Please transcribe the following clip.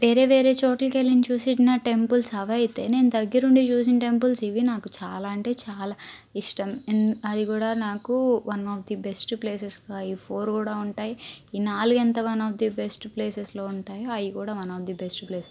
వేరే వేరే చోట్లకి వెళ్లి నేను చూసిన టెంపుల్స్ అవైతే నేను దగ్గరుండి చూసిన టెంపుల్స్ ఇవి నాకు చాలా అంటే చాలా ఇష్టం ఎం అది కూడా నాకు వన్ అఫ్ ది బెస్ట్ ప్లేసెస్గా ఈ ఫోర్ కూడా ఉంటాయి ఈ నాలుగు ఎంత వన్ అఫ్ ది బెస్ట్ ప్లేసెస్లో ఉంటాయో అవి కూడా వన్ ఆఫ్ ది ప్లేసెస్గా ఉంటాయి